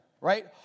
right